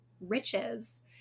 riches